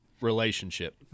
relationship